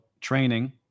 training